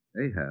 Ahab